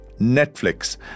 Netflix